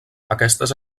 aquestes